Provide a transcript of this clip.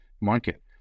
market